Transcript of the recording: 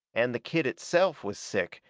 and the kid itself was sick,